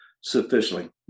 sufficiently